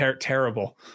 terrible